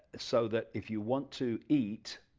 so that if you want to eat,